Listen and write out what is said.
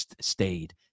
Stayed